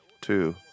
two